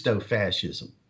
fascism